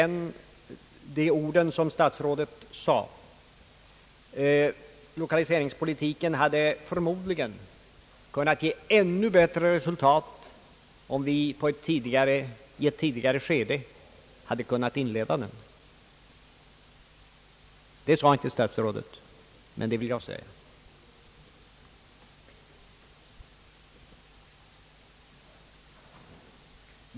Lokaliseringspolitiken hade förmodligen kunnat ge ännu bättre resultat om vi hade kunnat inleda den i ett tidigare skede. Det sade inte statsrådet, men det vill jag säga.